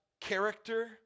character